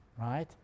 right